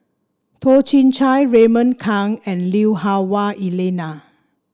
Toh Chin Chye Raymond Kang and Lui Hah Wah Elena